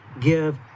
give